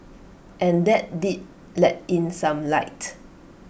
and that did let in some light